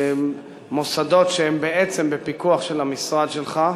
מוסדות שהם בעצם בפיקוח של המשרד שלך,